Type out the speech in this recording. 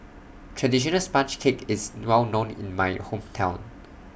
Traditional Sponge Cake IS Well known in My Hometown